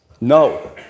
No